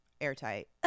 airtight